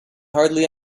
hardly